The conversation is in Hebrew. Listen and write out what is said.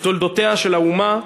בתולדותיה של האומה,